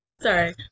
sorry